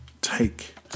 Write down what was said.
take